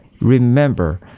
remember